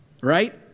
right